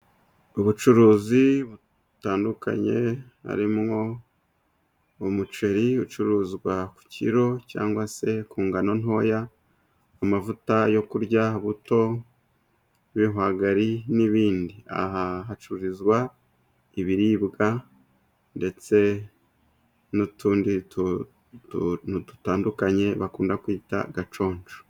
Ubucuruzi butandukanye, harimwo umuceri ucuruzwa ku kiro, cyangwa se ku ngano ntoya, amavuta yo kurya, buto, ibihwagari, n'ibindi. Aha hacururizwa ibiribwa, ndetse n'utundi tuntu dutandukanye bakunda kwita gaconsho.